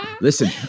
Listen